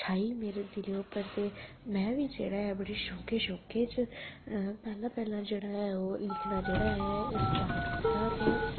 मेरे दिलै उप्पर में बी बड़े शौके शौके च पैह्ला पैह्ला जेह्ड़ा ऐ ओह् लिखना जेह्ड़ा ऐ ओह् स्टार्ट कीता ते